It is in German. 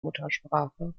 muttersprache